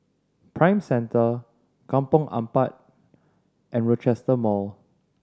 Prime Centre Kampong Ampat and Rochester Mall